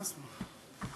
אדוני.